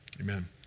Amen